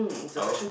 I will